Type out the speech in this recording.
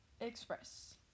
Express